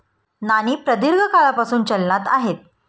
नाणी प्रदीर्घ काळापासून चलनात आहेत